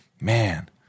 Man